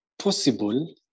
possible